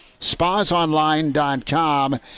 Spasonline.com